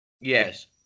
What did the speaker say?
Yes